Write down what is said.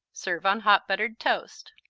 serve on hot buttered toast.